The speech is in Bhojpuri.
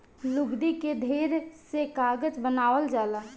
लुगदी के ढेर से कागज बनावल जाला